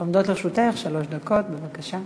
עומדות לרשותך שלוש דקות, בבקשה.